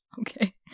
Okay